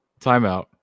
Timeout